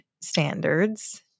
standards